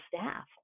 staff